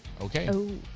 okay